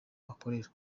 ukorera